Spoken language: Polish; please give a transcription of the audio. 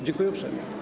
Dziękuję uprzejmie.